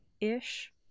ish